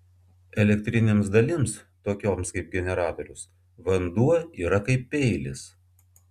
elektrinėms dalims tokioms kaip generatorius vanduo yra kaip peilis